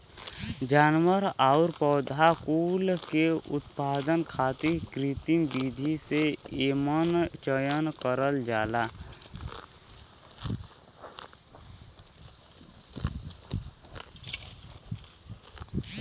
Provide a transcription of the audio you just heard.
जानवर आउर पौधा कुल के उत्पादन खातिर कृत्रिम विधि से एमन चयन करल जाला